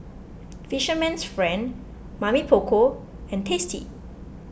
Fisherman's Friend Mamy Poko and Tasty